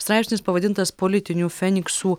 straipsnis pavadintas politinių feniksų